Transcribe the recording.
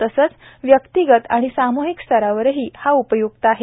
तसेच व्यक्तिगत आणि सामूहिक स्तरावरही तो उपय्क्त आहे